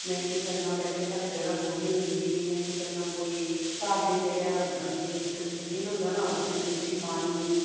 मै केह् करना पैह्ले साढ़े जगह थोह्ड़ी होंदी ही मैं केह् करना कोई घार दे जेह्ड़े वेस्ट मटीरियल होंदा ना ओह्दे च मिट्टी पानी